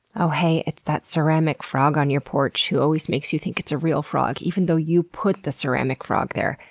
oh hey, it's that ceramic frog on your porch who always makes you think it's a real frog, even though you put the ceramic frog there,